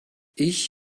ich